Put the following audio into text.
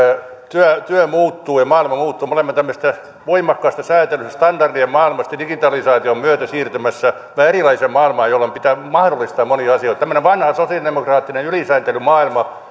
puhemies työ muuttuu ja maailma muuttuu me olemme todellakin tämmöisestä voimakkaasta sääntelystä standardien maailmasta digitalisaation myötä siirtymässä vähän erilaiseen maailmaan jolloin pitää mahdollistaa monia asioita tämmöinen vanha sosiaalidemokraattinen ylisääntelyn maailma